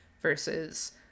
versus